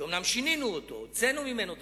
שאומנם שינינו אותו, הוצאנו ממנו דברים,